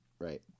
Right